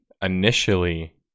initially